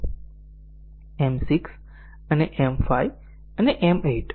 M 6 અને M 5 અને M 8